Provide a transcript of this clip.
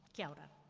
kia ora.